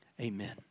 Amen